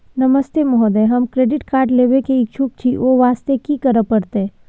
नमस्ते महोदय, हम credit card लेबे के इच्छुक छि ओ वास्ते की करै परतै?